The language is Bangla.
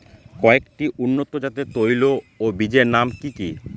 কয়েকটি উন্নত জাতের তৈল ও বীজের নাম কি কি?